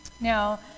Now